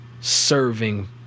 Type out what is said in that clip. serving